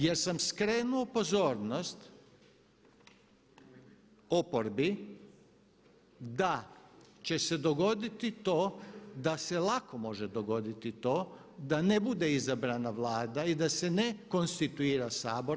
Jer sam skrenuo pozornost oporbi da će se dogoditi to, da se lako može dogoditi to da ne bude izabrana Vlada i da se ne konstituira Sabor.